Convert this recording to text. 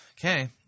Okay